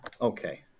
Okay